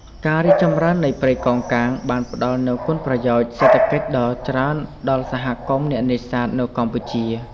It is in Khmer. ការរីកចម្រើននៃព្រៃកោងកាងបានផ្តល់នូវគុណប្រយោជន៍សេដ្ឋកិច្ចដ៏ច្រើនដល់សហគមន៍អ្នកនេសាទនៅកម្ពុជា។